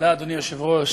אדוני היושב-ראש,